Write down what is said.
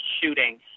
shooting